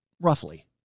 Roughly